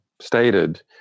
stated